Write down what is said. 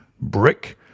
brick